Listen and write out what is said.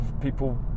people